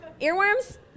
Earworms